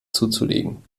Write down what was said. zuzulegen